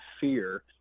fear